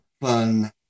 fun